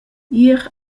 ier